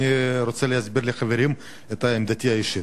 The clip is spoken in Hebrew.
אני רוצה להסביר לחברים את עמדתי האישית.